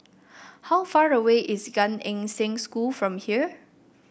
how far away is Gan Eng Seng School from here